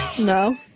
No